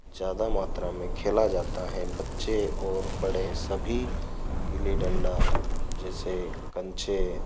ज़्यादा मात्रा में खेला जाता है बच्चे और बड़े सभी गिली डंडा जैसे कंचे